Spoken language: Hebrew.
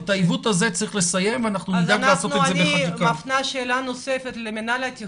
את העיוות הזה צריך לסיים ונדאג לעשות את זה בחקיקה.